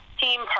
team